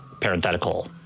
parenthetical